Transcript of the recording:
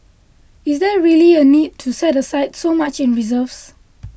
is there really a need to set aside so much in reserves